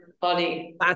Funny